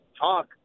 talk